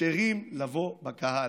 כשרים לבוא בקהל.